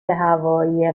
هوایی